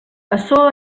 açò